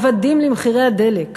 עבדים למחירי הדלק.